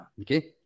Okay